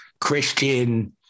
Christian